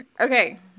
Okay